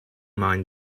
mind